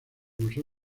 museo